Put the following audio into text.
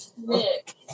Nick